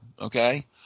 Okay